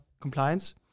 compliance